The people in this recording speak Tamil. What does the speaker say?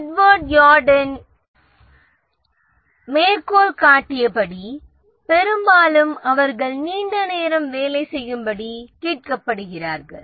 எட்வர்ட் யுவர்டன் மேற்கோள் காட்டியபடி பெரும்பாலும் அவர்கள் நீண்ட நேரம் வேலை செய்யும்படி கேட்கப்படுகிறார்கள்